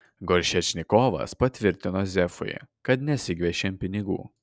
goršečnikovas patvirtino zefui kad nesigviešėm pinigų